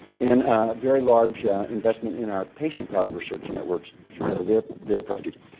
and a very large investment in our patient powered research networks their their projects.